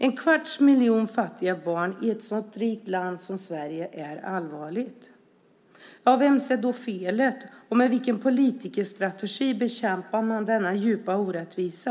En kvarts miljon fattiga barn i ett sådant rikt land som Sverige är allvarligt. Vems är då felet? Och med vilken politikerstrategi bekämpar man denna djupa orättvisa?